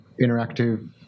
interactive